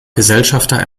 gesellschafter